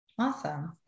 Awesome